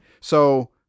So-